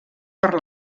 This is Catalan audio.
per